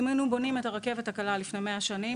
אם היינו בונים את הרכבת הקלה לפני 100 שנים,